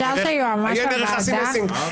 אפשר לשמוע את היועץ המשפטי לוועדה?